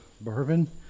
bourbon